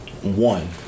one